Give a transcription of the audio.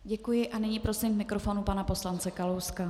Děkuji a nyní prosím k mikrofonu pana poslance Kalouska.